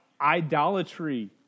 Idolatry